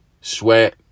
sweat